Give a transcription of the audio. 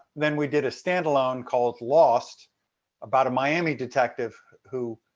then we did a stand alone called lost about a miami detective who